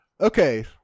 Okay